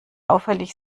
auffällig